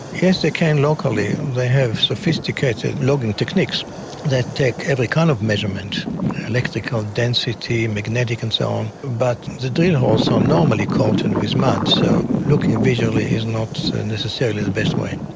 yes, they can locally, they have sophisticated logging techniques that take every kind of measurement electrical density, magnetic and so on. but the drill holes are normally coated with mud, so looking visually is not necessarily the best way.